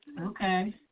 Okay